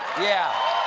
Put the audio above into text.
yeah!